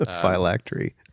phylactery